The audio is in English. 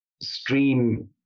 stream